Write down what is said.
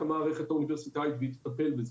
המערכת האוניברסיטאית והיא תטפל בזה.